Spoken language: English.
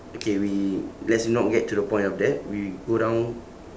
okay we let's not get to the point of that we go down